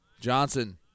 Johnson